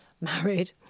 married